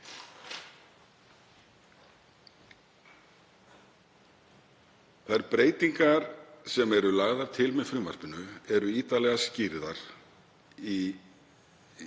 Þær breytingar sem eru lagðar til með frumvarpinu eru ítarlega skýrðar í